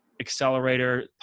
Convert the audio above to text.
accelerator